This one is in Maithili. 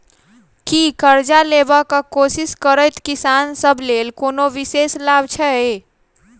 की करजा लेबाक कोशिश करैत किसान सब लेल कोनो विशेष लाभ छै?